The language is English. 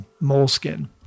moleskin